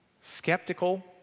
Skeptical